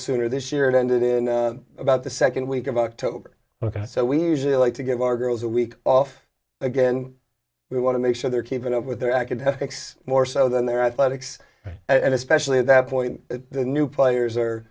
sooner this year it ended in about the second week of october ok so we usually like to give our girls a week off again we want to make sure they're keeping up with their academics more so than their athletics and especially at that point the new players are